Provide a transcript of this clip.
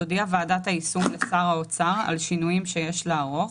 תודיע ועדת היישום לשר האוצר על שינויים שיש לערוך,